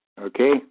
Okay